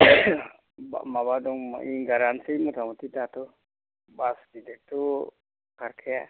माबा दं विंगारानोसै मथामथि दाथ' बास गिदिरथ' खारखाया